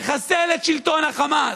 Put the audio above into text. תחסל את שלטון החמאס.